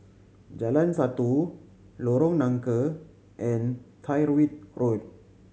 Jalan Satu Lorong Nangka and Tyrwhitt Road